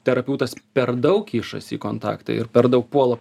terapeutas per daug kišasi į kontaktą ir per daug puola